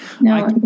No